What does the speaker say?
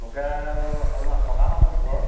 local অকণমান সকাম আছে মোৰ ঘৰত